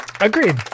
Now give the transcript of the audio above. Agreed